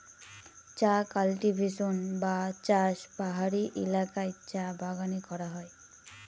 চা কাল্টিভেশন বা চাষ পাহাড়ি এলাকায় চা বাগানে করা হয়